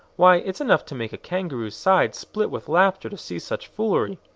why it's enough to make a kangaroo's sides split with laughter to see such foolery!